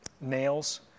nails